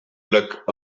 luck